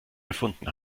gefunden